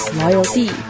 loyalty